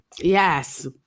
Yes